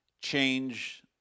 change